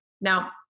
Now